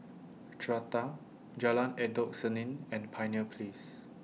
Strata Jalan Endut Senin and Pioneer Place